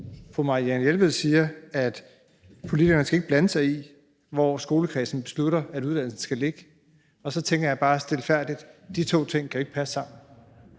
Fru Marianne Jelved siger, at politikerne ikke skal blande sig i, hvor skolekredsen beslutter at uddannelsen skal ligge. Så tænker jeg bare: De to ting kan ikke passe sammen.